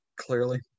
Clearly